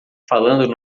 falando